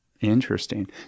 Interesting